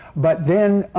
but then,